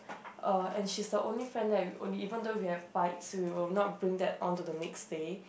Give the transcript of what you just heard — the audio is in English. uh and she's the only friend that we even though we have fights we will not bring that onto the next day